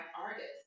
artists